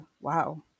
wow